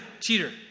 cheater